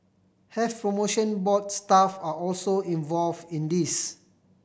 Health Promotion Board staff are also involved in this